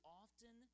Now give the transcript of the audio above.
often